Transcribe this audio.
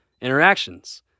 interactions